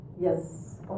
yes